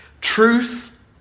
Truth